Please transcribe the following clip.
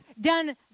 done